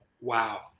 wow